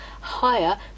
higher